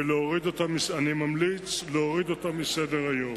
ואני ממליץ להוריד אותה מסדר-היום.